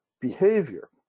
behavior